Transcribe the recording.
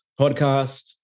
podcast